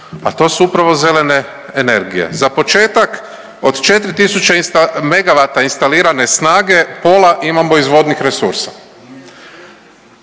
a to su upravo zelene energije. Za početak od 4.000 MW instalirane snage, pola imamo iz vodnih resursa,